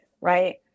right